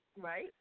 Right